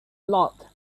lot